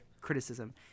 criticism